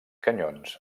canyons